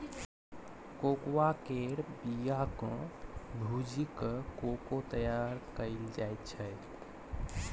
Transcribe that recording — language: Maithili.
कोकोआ केर बिया केँ भूजि कय कोको तैयार कएल जाइ छै